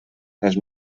els